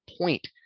point